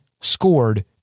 scored